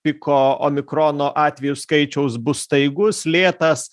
piko omikrono atvejų skaičiaus bus staigus lėtas